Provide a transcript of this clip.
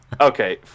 Okay